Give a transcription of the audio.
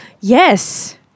Yes